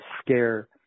scare